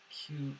cute